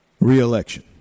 reelection